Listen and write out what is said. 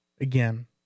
again